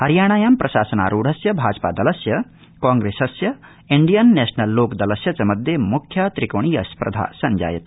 हरियाणायां प्रशासनारूढस्य भाजपा दलस्य कांग्रेसस्य इण्डियन नेशनल लोकदलस्य च मध्ये मुख्या त्रिकोणीया स्पर्धा सञ्जायते